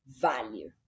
value